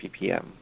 ppm